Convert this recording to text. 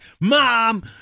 Mom